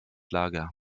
lager